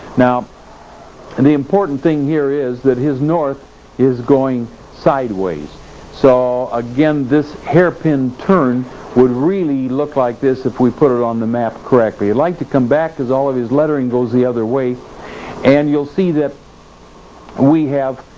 now and the important thing here is that his north is going sideways so this hairpin turn would really look like this if we put it on the map correctly, i'd like to come back because all of his lettering goes the other way and you'll see that we have